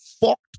fucked